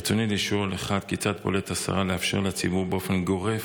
ברצוני לשאול: 1. כיצד פועלת השרה לאפשר לציבור באופן גורף